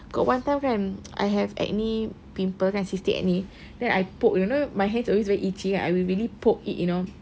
got one time kan I have acne pimple kan cystic acne then I poke you know my hands always very itchy kan I will really poke it you know